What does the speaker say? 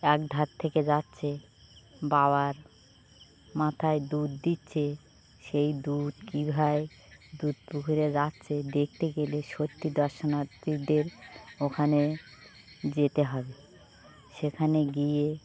এক ধার থেকে যাচ্ছে বাবার মাথায় দুধ দিচ্ছে সেই দুধ কী ভাবে দুধ পুকুরে যাচ্ছে দেখতে গেলে সত্যি দর্শনার্থীদের ওখানে যেতে হবে সেখানে গিয়ে